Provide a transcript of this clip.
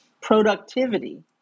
productivity